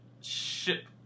Ship